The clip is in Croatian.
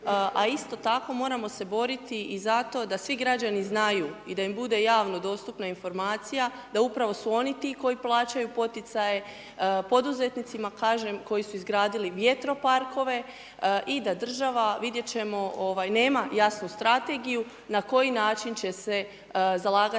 a isto tako moramo se boriti i za to da svi građani znaju i da mu bude javno dostupna informacija da upravo su oni ti koji plaćaju poticaje, poduzetnicima, kažem, koji su izgradili vjetroparkove i da država, vidjet ćemo, ovaj, nema jasnu strategiju na koji način će se zalagati